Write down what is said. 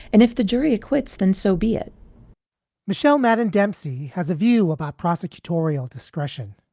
and if the jury acquits, then so be it michel martin dempsey has a view about prosecutorial discretion,